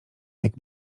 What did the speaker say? jak